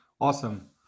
Awesome